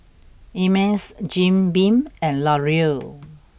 Ameltz Jim Beam and Laurier